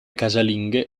casalinghe